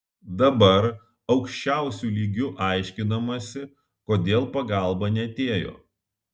dabar aukščiausiu lygiu aiškinamasi kodėl pagalba neatėjo